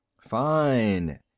Fine